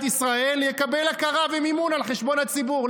ישראל יקבל הכרה ומימון על חשבון הציבור.